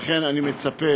לכן, אני מצפה